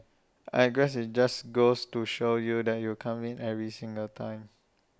I guess IT just goes to show you that you can't win every single time